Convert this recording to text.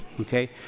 Okay